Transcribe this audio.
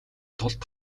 тулд